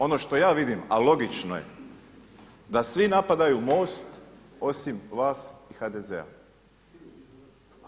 Ono što ja vidim a logično je da svi napadaju MOST osim vas i HDZ-a.